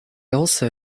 also